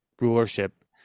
rulership